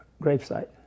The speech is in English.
gravesite